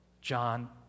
John